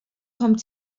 kommt